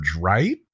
right